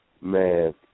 man